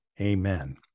Amen